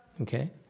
Okay